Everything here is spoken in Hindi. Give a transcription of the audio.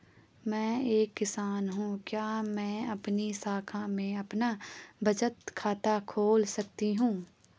मैं एक किसान हूँ क्या मैं आपकी शाखा में अपना बचत खाता खोल सकती हूँ?